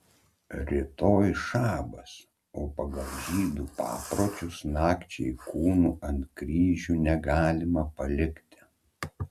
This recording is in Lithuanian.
rytoj šabas o pagal žydų papročius nakčiai kūnų ant kryžių negalima palikti